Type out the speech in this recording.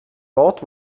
wort